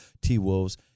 T-Wolves